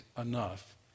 enough